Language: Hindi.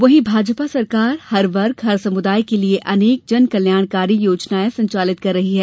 वहीं भाजपा सरकार हर वर्ग हर समुदाय के लिये अनेक कल्याणकारी योजनाएं संचालित कर रही है